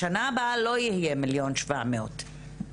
בשנה הבאה לא יהיו 1,700,000 שקל.